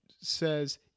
says